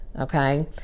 okay